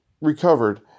recovered